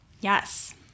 Yes